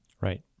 Right